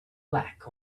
black